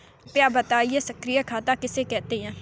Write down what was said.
कृपया बताएँ सक्रिय खाता किसे कहते हैं?